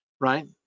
right